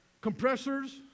Compressors